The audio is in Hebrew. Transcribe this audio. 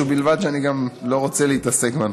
ואני גם לא רוצה להתעסק בנושא.